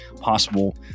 possible